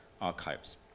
archives